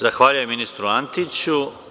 Zahvaljujem ministru Antiću.